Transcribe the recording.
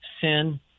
sin